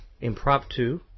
impromptu